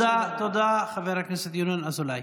תודה, חבר הכנסת ינון אזולאי.